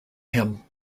him